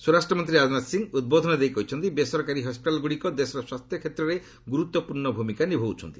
ସ୍ୱରାଷ୍ଟ୍ର ମନ୍ତ୍ରୀ ରାଜନାଥ ସିଂହ ଉଦ୍ବୋଧନ ଦେଇ କହିଛନ୍ତି ବେସରକାରୀ ହସ୍କିଟାଲ୍ଗୁଡ଼ିକ ଦେଶର ସ୍ୱାସ୍ଥ୍ୟ କ୍ଷେତ୍ରରେ ଗୁରୁତ୍ୱପୂର୍ଣ୍ଣ ଭୂମିକା ନିଭାଉଛନ୍ତି